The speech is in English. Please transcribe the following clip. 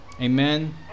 Amen